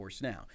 Now